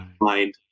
mind